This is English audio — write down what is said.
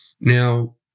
Now